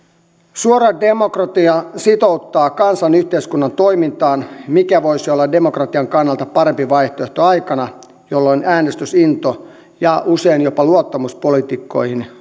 suora demokratia sitouttaa kansan yhteiskunnan toimintaan mikä voisi olla demokratian kannalta parempi vaihtoehto aikana jolloin äänestysinto ja usein jopa luottamus poliitikkoihin